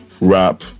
rap